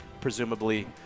presumably